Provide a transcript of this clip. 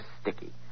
sticky